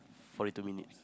forty two minutes